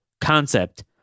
concept